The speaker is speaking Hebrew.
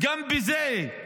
גם בזה,